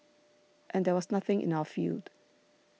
and there was nothing in our field